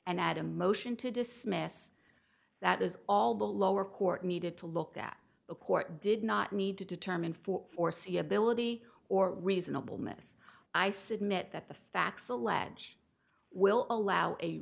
and add a motion to dismiss that is all the lower court needed to look at a court did not need to determine for foreseeability or reasonable miss i submit that the facts allege will allow a